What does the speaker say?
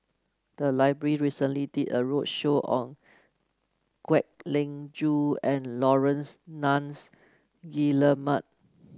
the library recently did a roadshow on Kwek Leng Joo and Laurence Nunns Guillemard